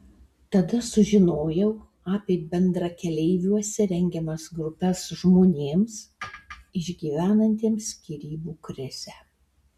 tada sužinojau apie bendrakeleiviuose rengiamas grupes žmonėms išgyvenantiems skyrybų krizę